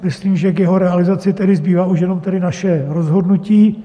Myslím, že k jeho realizaci tedy zbývá už jenom naše rozhodnutí.